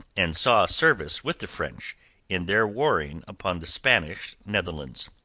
and saw service with the french in their warring upon the spanish netherlands.